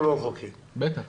בטח.